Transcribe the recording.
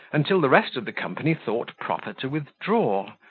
until the rest of the company thought proper to withdraw,